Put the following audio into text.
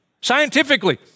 scientifically